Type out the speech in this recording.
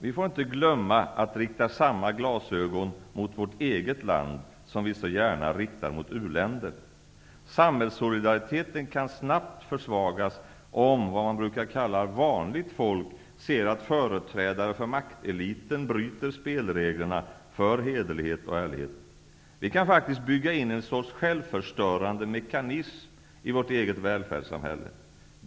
Vi får inte glömma att rikta samma glasögon mot vårt eget land som vi så gärna riktar mot u-länder. Samhällssolidariteten kan snabbt försvagas, om ''vanligt folk'' ser att företrädare för makteliten bryter spelreglerna för hederlighet och ärlighet. Vi kan faktiskt bygga in en sorts självförstörande mekanism i vårt eget välfärdssamhälle.